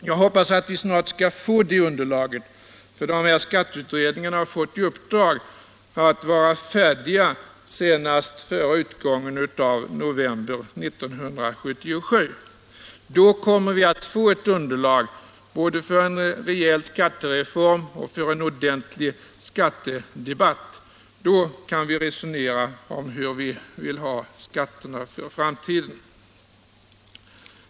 Jag hoppas att vi snart skall få det underlaget. Skatteutredningarna har fått i uppdrag att vara färdiga senast före utgången av november 1977. Då kommer vi att få underlag både för en rejäl skattereform och för en ordentlig skattedebatt. Då kan vi resonera om hur vi vill ha skatterna för framtiden.